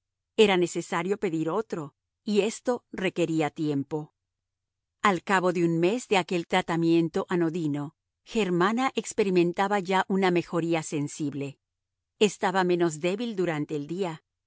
era necesario pedir otro y esto requería tiempo al cabo de un mes de aquel tratamiento anodino germana experimentaba ya una mejoría sensible estaba menos débil durante el día